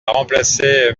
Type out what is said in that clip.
remplacé